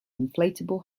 inflatable